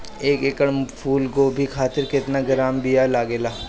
एक एकड़ फूल गोभी खातिर केतना ग्राम बीया लागेला?